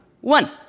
One